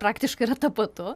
praktiškai yra tapatu